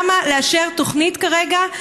למה לאשר תוכנית כרגע,